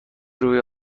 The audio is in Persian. روی